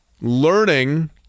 learning